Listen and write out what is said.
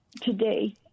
Today